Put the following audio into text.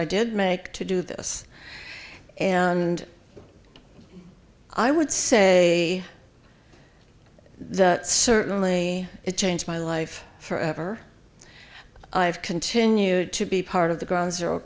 i did make to do this and i would say certainly it changed my life forever i've continued to be part of the ground zero